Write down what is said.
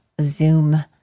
Zoom